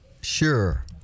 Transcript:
sure